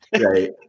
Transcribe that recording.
Right